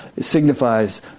signifies